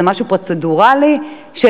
אז זה משהו פרוצדורלי שנסגר,